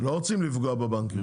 אנחנו לא רוצים לפגוע בבנקים,